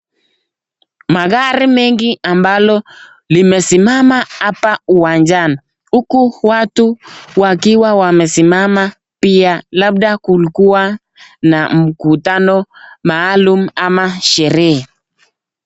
Magari mengi ambalo limesimama hapa uwanjani huku watu wakiwa wamesimama pia labda kulikuwa na mkutano maalum ama sherehe.